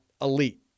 elite